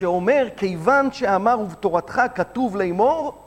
שאומר כיוון שאמר ובתורתך כתוב לאמור